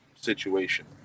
situation